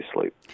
sleep